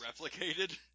replicated